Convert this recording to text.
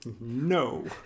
No